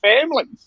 families